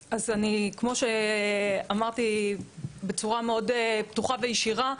אז כמו שאמרתי בצורה מאוד פתוחה וישירה,